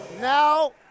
now